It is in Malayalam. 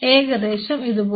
ഏകദേശം ഇതുപോലെ